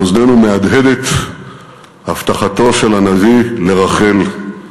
באוזנינו מהדהדת הבטחתו של הנביא לרחל: